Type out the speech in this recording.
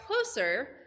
closer